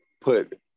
put